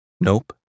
Nope